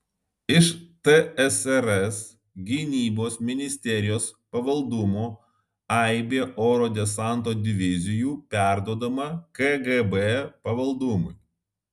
iš tsrs gynybos ministerijos pavaldumo aibė oro desanto divizijų perduodama kgb pavaldumui